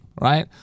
right